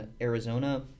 Arizona